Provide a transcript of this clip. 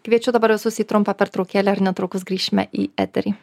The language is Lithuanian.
kviečiu dabar visus jį trumpą pertraukėlę ir netrukus grįšime į eterį